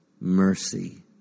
mercy